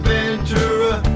Ventura